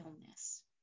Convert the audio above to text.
illness